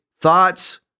thoughts